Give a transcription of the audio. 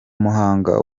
muhanga